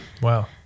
Wow